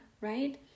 right